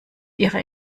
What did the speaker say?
ihrer